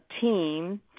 team